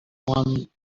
one